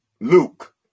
Luke